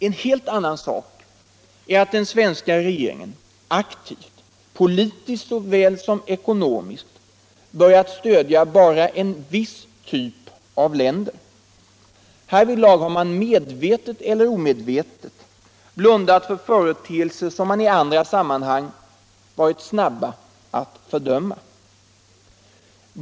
En helt annan sak är att den svenska regeringen såväl politiskt som ekonomiskt börjat stödja bara en viss typ av länder. Härvidlag har man —- medvetet eller omedvetet — blundat för företeelser som man i andra sammanhang varit snabb att fördöma.